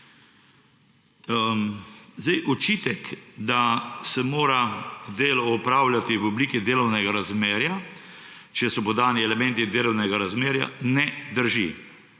členu. Očitek, da se mora delo opravljati v obliki delovnega razmerja, če so podani elementi delovnega razmerja, ne drži,